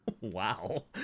Wow